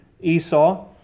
Esau